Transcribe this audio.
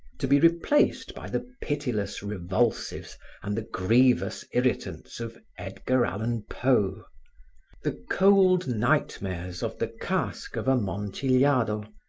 to be replaced by the pitiless revulsives and the grievous irritants of edgar allen poe the cold nightmares of the cask of amontillado,